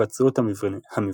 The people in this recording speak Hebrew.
היווצרות המבנים